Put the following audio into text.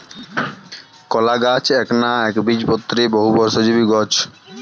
কলাগছ এ্যাকনা বীরু, এ্যাকবীজপত্রী, বহুবর্ষজীবী গছ